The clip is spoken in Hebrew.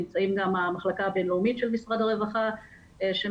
נמצאים גם המחלקה הבין-לאומית של משרד הרווחה שהם